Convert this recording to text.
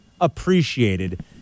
appreciated